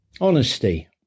Honesty